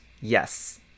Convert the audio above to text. yes